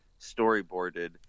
storyboarded